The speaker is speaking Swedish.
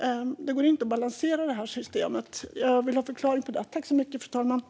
Det går ju inte att balansera detta system. Jag vill ha en förklaring.